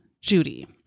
Judy